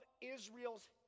Israel's